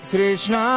Krishna